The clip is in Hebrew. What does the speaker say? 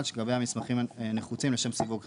שלגביה המסמכים נחו צים לשם סיווג החשבון.